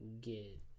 get